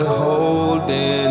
holding